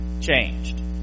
changed